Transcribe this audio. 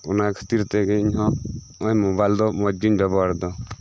ᱚᱱᱟ ᱠᱷᱟᱹᱛᱤᱨ ᱛᱮᱜᱮ ᱤᱧᱦᱚ ᱱᱚᱜᱚᱭ ᱢᱳᱵᱟᱭᱤᱞ ᱫᱚ ᱢᱚᱸᱡᱽᱜᱤᱧ ᱵᱮᱵᱚᱦᱟᱨ ᱮᱫᱟ